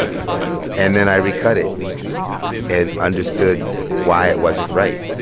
ah and then i re-cut it and understood why it wasn't right.